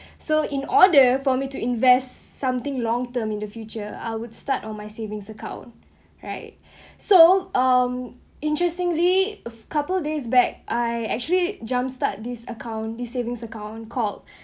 so in order for me to invest something long term in the future I would start on my savings account right so um interestingly a couple days back I actually jump start this account this savings account called